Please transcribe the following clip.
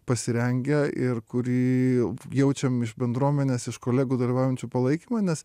pasirengę ir kurį jaučiam iš bendruomenės iš kolegų dalyvaujančių palaikymą nes